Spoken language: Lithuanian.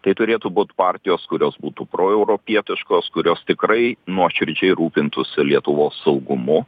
tai turėtų būt partijos kurios būtų proeuropietiškos kurios tikrai nuoširdžiai rūpintųsi lietuvos saugumu